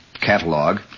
catalog